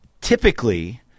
typically